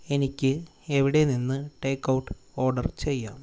എനിക്ക് എവിടെ നിന്ന് ടേക്ക് ഔട്ട് ഓർഡർ ചെയ്യാം